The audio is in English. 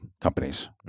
companies